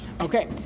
Okay